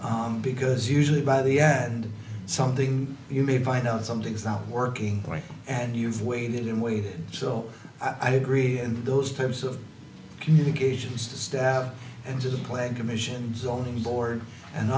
phases because usually by the end of something you may find out something's not working right and you've waited and waited so i do agree and those types of communications to staff and to the plan commission zoning board and